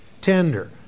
tender